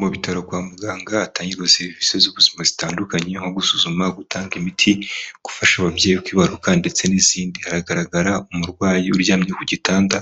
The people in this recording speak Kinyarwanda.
Mu bitaro kwa muganga hatangirwa serivisi z'ubuzima zitandukanye, nko gusuzuma, gutanga imiti, gufasha ababyeyi kwibaruka, ndetse n'izindi. Haragaragara umurwayi uryamye ku gitanda